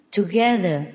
together